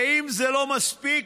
ואם זה לא מספיק,